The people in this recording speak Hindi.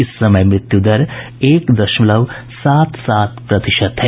इस समय मृत्यु दर एक दशमलव सात सात प्रतिशत है